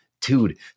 dude